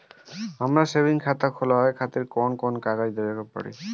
हमार सेविंग खाता खोलवावे खातिर कौन कौन कागज देवे के पड़ी?